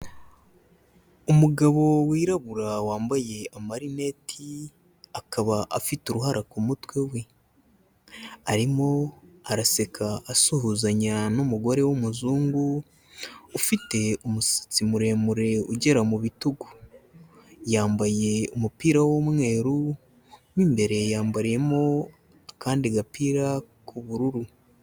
Umugabo wirabura wambaye amarineti akaba afite uruhara ku mutwe we, arimo araseka asuhuzanya n'umugore w'umuzungu ufite umusatsi muremure ugera mu bitugu, yambaye umupira w'umweru, mo imbere yambariyemo akandi gapira k'ubururu.